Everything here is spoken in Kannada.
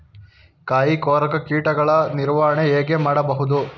ಕಾಯಿ ಕೊರಕ ಕೀಟಗಳ ನಿರ್ವಹಣೆ ಹೇಗೆ ಮಾಡಬಹುದು?